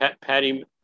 Patty